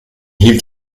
hielt